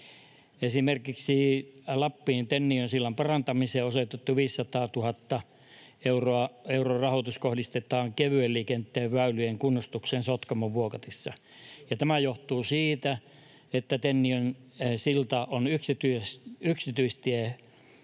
Esimerkiksi Lappiin Tenniön sillan parantamiseen osoitettu 500 000 euron rahoitus kohdistetaan kevyen liikenteen väylien kunnostukseen Sotkamon Vuokatissa. Tämä johtuu siitä, että Tenniön silta on yksityistiealueella